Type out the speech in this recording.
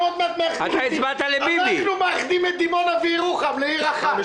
אנחנו מאחדים את דימונה וירוחם לעיר אחת.